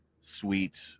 sweet